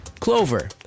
Clover